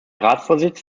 ratsvorsitz